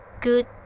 good